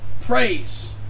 praise